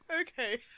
okay